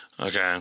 Okay